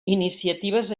iniciatives